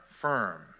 firm